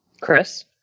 Chris